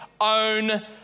own